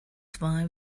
zwei